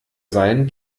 sein